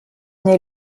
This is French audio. est